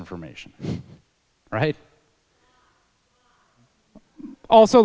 information right also